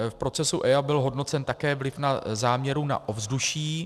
V procesu EIA byl hodnocen také vliv záměru na ovzduší.